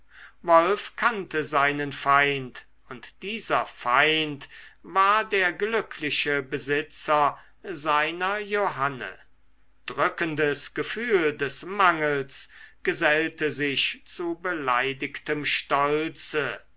wolf kannte seinen feind und dieser feind war der glückliche besitzer seiner johanne drückendes gefühl des mangels gesellte sich zu beleidigtem stolze